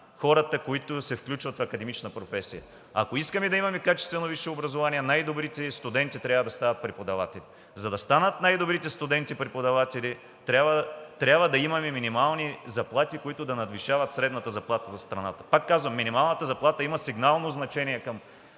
хората, които се включват в академична професия. Ако искаме да имаме качествено висше образование, най-добрите студенти трябва да стават преподаватели. За да станат най-добрите преподаватели, трябва да имаме минимални заплати, които да надвишават средната заплата за страната. Пак казвам, минималната заплата има сигнално значение към